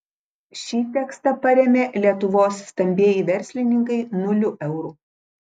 šį tekstą parėmė lietuvos stambieji verslininkai nuliu eurų